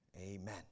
Amen